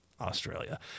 Australia